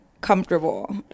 comfortable